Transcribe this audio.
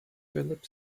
philip